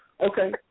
Okay